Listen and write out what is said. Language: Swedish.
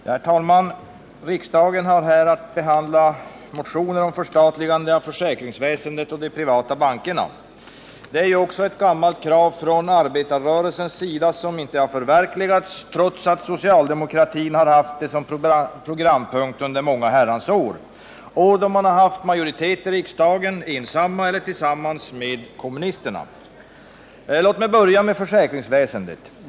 Herr talman! Riksdagen har här att behandla motioner om förstatligande av försäkringsväsendet och de privata bankerna. Det är också ett gammalt krav från arbetarrörelsens sida, som inte har förverkligats trots att socialdemokraterna har haft det som programpunkt under många Herrans år — år då de haft majoritet i riksdagen, ensamma eller tillsammans med kommunisterna. Låt mig börja med försäkringsväsendet.